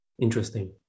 Interesting